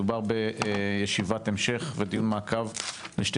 מדובר בישיבת המשך ודיון מעקב של שתי